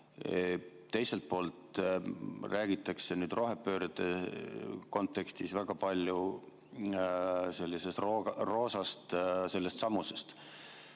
teiselt poolt räägitakse rohepöörde kontekstis väga palju sellisest roosast, sellestsamusest